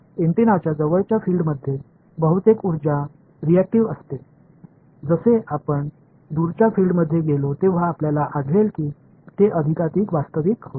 अँटेनाच्या जवळच्या फिल्डमध्ये बहुतेक उर्जा रियाक्टिव्ह असते जसे आपण दूरच्या फिल्डमध्ये गेलो तेव्हा आपल्याला आढळेल की ते अधिकाधिक वास्तविक होते